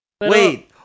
Wait